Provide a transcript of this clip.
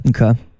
Okay